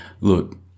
look